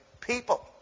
people